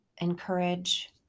encourage